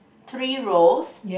three rows